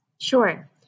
Sure